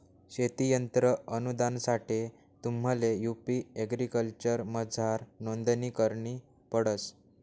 शेती यंत्र अनुदानसाठे तुम्हले यु.पी एग्रीकल्चरमझार नोंदणी करणी पडस